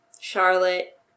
Charlotte